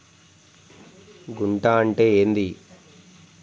గుంట అంటే ఏంది?